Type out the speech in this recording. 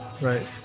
Right